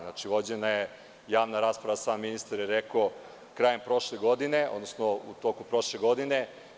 Znači, vođena je javna rasprava, sam ministar je rekao krajem prošle godine, odnosno u toku prošle godine.